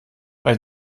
bei